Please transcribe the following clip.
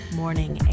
morning